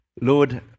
Lord